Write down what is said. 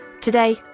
Today